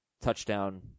touchdown